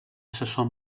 assessor